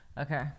okay